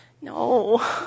No